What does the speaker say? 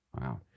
Wow